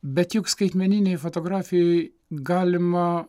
bet juk skaitmeninėj fotografijoj galima